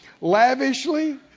lavishly